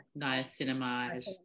niacinamide